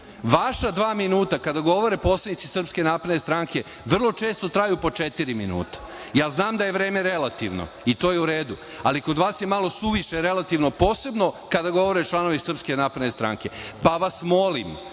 Vaša dva minuta, kada govore poslanici Srpske napredne stranke, vrlo često traju po četiri minuta. Ja znam da je vreme relativno i to je u redu, ali kod vas je malo suviše relativno, posebno kada govore članovi Srpske napredne stranke, pa vas molim